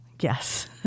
Yes